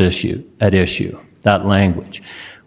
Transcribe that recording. issue at issue that language